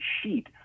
sheet